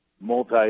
multi